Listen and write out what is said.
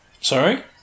Sorry